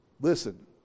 listen